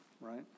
Right